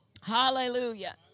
Hallelujah